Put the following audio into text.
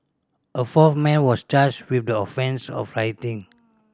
a fourth man was charged with the offence of rioting